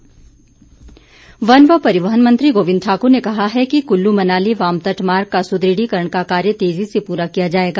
गोविंद ठाकुर वन व परिहवन मंत्री गोविंद ठाकुर ने कहा है कि कुल्लू मनाली वामतट मार्ग का सुदृढीकरण का कार्य तेजी से पूरा किया जाएगा